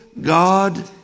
God